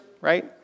right